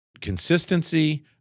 consistency